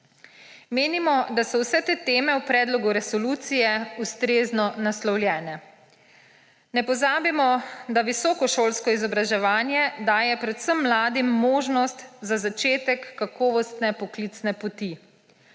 Menimo, da so vse te teme v predlogu resolucije ustrezno naslovljene. Ne pozabimo, da visokošolsko izobraževanje daje predvsem mladim možnost za začetek kakovostne poklicne poti.